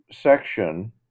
section